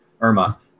Irma